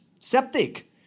septic